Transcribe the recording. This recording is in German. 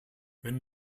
wenn